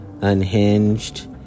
unhinged